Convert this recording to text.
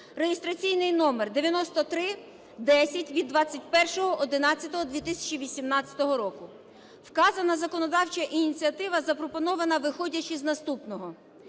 (реєстраційний номер 9310 від 21.11.2018 року). Вказана законодавча ініціатива запропонована, виходячи з наступного.